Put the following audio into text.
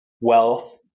wealth